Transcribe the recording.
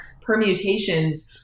permutations